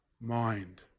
mind